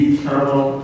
Eternal